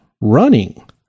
running